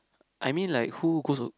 I mean like who goes to